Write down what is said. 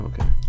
okay